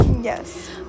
yes